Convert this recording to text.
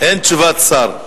אין תשובת שר.